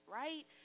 right